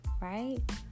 right